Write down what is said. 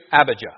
Abijah